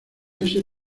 ese